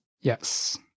Yes